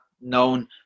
known